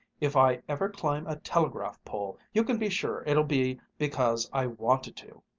if i ever climb a telegraph-pole you can be sure it'll be because i wanted to.